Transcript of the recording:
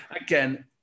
again